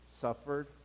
suffered